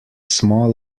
small